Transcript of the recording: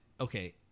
okay